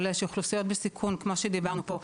עולה שאוכלוסיות בסיכון כמו שדיברנו פה,